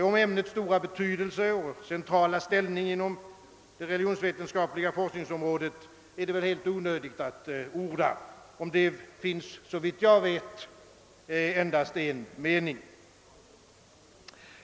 Om ämnets stora betydelse och centrala ställning på det religionsvetenskapliga forskningsområdet är det väl helt onödigt att orda — därom finns såvitt jag vet endast en mening.